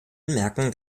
anmerken